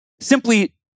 Simply